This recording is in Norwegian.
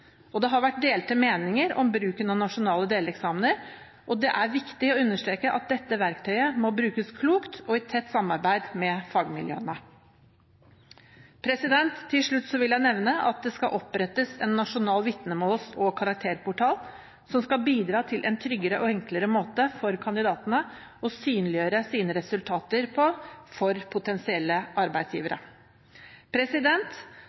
sammenheng. Det har vært delte meninger om bruken av nasjonale deleksamener, og det er viktig å understreke at dette verktøyet må brukes klokt og i tett samarbeid med fagmiljøene. Til slutt vil jeg nevne at det skal opprettes en nasjonal vitnemåls- og karakterportal, som skal bidra til en tryggere og enklere måte for kandidatene å synliggjøre sine resultater på for potensielle